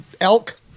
elk